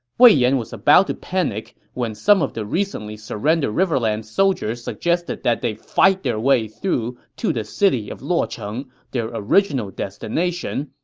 wei yan was about to panic when some of the recently surrendered riverlands soldiers suggested that they fight their way through to the city of luocheng, their original destination,